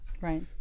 Right